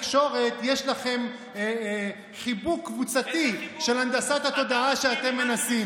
בתקשורת יש לכם חיבוק קבוצתי של הנדסת התודעה שאתם מנסים.